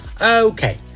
Okay